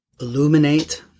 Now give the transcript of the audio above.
illuminate